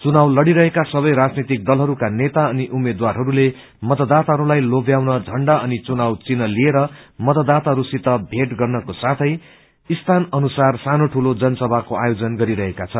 चुनाव लड़िरहेका सबै राजनैतिक दलहरूका नेता अनि उम्मेद्वारहरूले मतदाताहरूलाई लोभ्याउन झण्डा अनि चुनाव चिन्ह लिएर मतदाताहरूसित भेट गर्नको साथै स्थान अनुसार सानो दूलो जनसभाको आयोजन गरिरहेका छन्